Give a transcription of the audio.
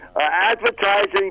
Advertising